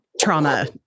trauma